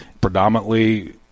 predominantly